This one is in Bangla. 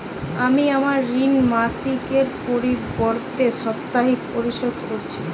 আমি আমার ঋণ মাসিকের পরিবর্তে সাপ্তাহিক পরিশোধ করছি